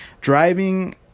driving